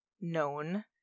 known